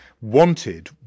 wanted